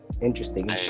Interesting